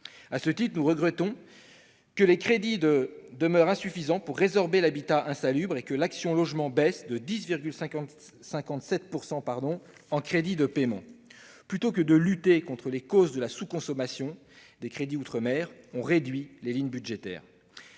À cet égard, nous regrettons que les fonds demeurent insuffisants pour résorber l'habitat insalubre et que les crédits de l'action Logement du programme 123 baissent de 10,57 % en crédits de paiement. Plutôt que de lutter contre les facteurs de la sous-consommation des crédits outre-mer, on réduit les lignes budgétaires.